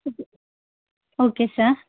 okay sir